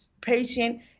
patient